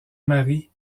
marie